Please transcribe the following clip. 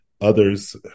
others